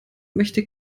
möchte